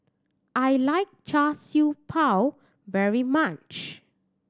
I like Char Siew Bao very much